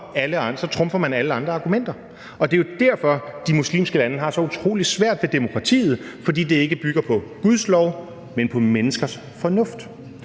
så trumfer alle andre argumenter. Det er jo derfor, de muslimske lande har så utrolig svært ved demokratiet, fordi det ikke bygger på Guds lov, men på menneskers fornuft,